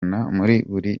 murenge